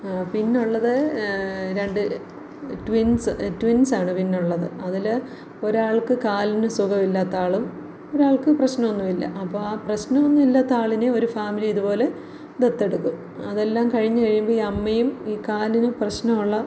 പിന്നുള്ളത് രണ്ട് ട്വിൻസ്സ് ട്വിൻസാണ് പിന്നുള്ളത് അതിൽ ഒരാൾക്ക് കാൽന് സുഖവില്ലാത്താളും ഒരാൾക്ക് പ്രശ്നവൊന്നുവില്ല അപ്പോൾ ആ പ്രശ്നവൊന്നുമില്ലാത്ത ആളിനെ ഒരു ഫാമിലി ഇതുപോലെ ദത്തെടുക്കും അതെല്ലാം കഴിഞ്ഞ് കഴിയുമ്പം ഈ അമ്മയും ഈ കാൽന് പ്രശ്നമുള്ള